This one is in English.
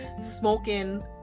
smoking